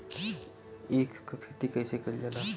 ईख क खेती कइसे कइल जाला?